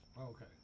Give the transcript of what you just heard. Okay